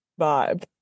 vibe